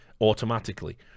automatically